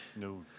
No